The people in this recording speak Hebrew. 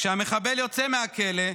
כשהמחבל יוצא מהכלא,